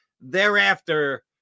Thereafter